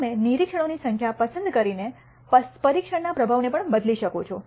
તમે નિરીક્ષણોની સંખ્યા પસંદ કરીને પરીક્ષણના પ્રભાવને પણ બદલી શકો છો